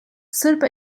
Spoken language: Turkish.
sırp